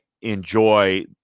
enjoy